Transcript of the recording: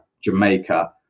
jamaica